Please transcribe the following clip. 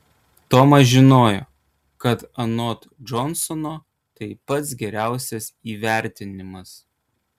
tomas žinojo kad anot džonsono tai pats geriausias įvertinimas